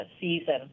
season